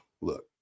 look